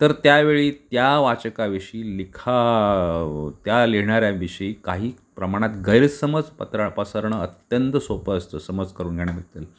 तर त्यावेळी त्या वाचकाविषयी लिखाण त्या लिहिणाऱ्या विषयी काही प्रमाणात गैरसमज पत्र पसरणं अत्यंत सोपं असतं समज करून घेण्याबद्दल